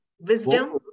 wisdom